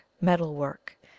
Metalwork